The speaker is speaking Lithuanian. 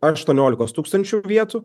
aštuoniolikos tūkstančių vietų